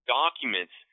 documents